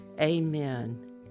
Amen